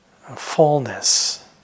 fullness